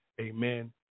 amen